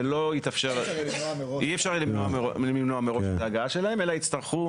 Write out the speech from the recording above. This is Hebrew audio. אי אפשר יהיה למנוע מראש את ההגעה שלהם אלא יצטרכו